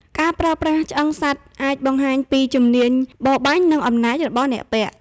ការប្រើប្រាស់ឆ្អឹងសត្វអាចបង្ហាញពីជំនាញបរបាញ់ និងអំណាចរបស់អ្នកពាក់។